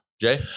Jay